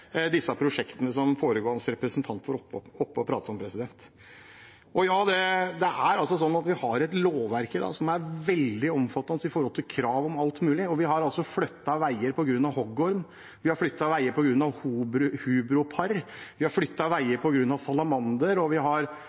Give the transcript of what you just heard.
disse prosjektene som foregående representant var oppe og pratet om. Det er altså sånn at vi har et lovverk i dag som er veldig omfattende når det gjelder krav om alt mulig. Vi har flyttet veier på grunn av hoggorm, vi har flyttet veier på grunn av hubropar, vi har flyttet veier på grunn av salamandere, og vi har